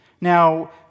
Now